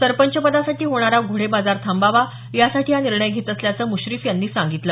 सरपंचपदासाठी होणारा घोडेबाजार थांबावा यासाठी हा निर्णय घेत असल्याचं मुश्रीफ यांनी सांगितलं